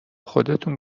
خودتون